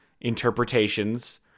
interpretations